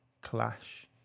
clash